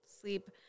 sleep